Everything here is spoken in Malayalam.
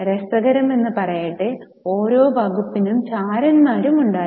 രസകരമെന്നു പറയട്ടെ ഓരോ വകുപ്പിനും ചാരന്മാരുണ്ടായിരുന്നു